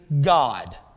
God